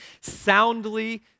soundly